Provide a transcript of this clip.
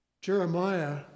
Jeremiah